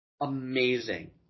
Amazing